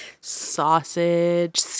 Sausage